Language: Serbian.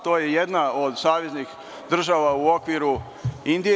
To je jedna od saveznih država u okviru Indije.